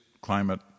climate